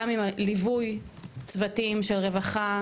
גם עם ליווי צוותים של רווחה,